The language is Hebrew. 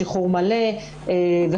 שחרור מלא וכדומה,